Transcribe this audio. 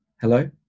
Hello